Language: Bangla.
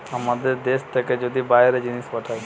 আমাদের দ্যাশ থেকে যদি বাইরে জিনিস পাঠায়